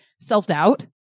self-doubt